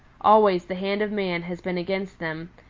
always the hand of man has been against them,